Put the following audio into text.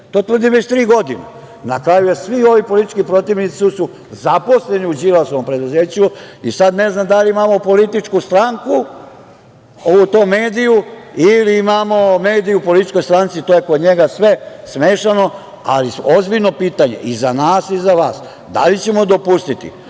To tvrdim već tri godine. Na kraju svi ovi politički protivnici što su zaposleni u Đilasovom preduzeću, sada ne znam da li imamo političku stranku u tom mediju ili imamo medije u političkoj stranci, to je kod njega sve smešano. Ozbiljno pitanje i za nas i za vas - da li ćemo dopustiti